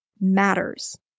matters